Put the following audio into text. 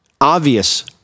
obvious